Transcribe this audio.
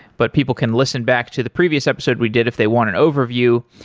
but people can listen back to the previous episode we did if they want an overview.